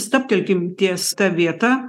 stabtelkim ties ta vieta